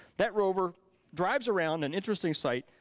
that rover drives around an interesting site,